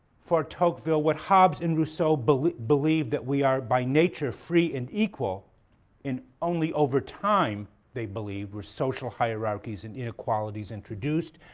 for tocqueville what hobbes and rousseau believed believed that we are by nature free and equal and only over time they believed were social hierarchies and inequalities introduced,